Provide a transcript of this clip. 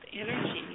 energy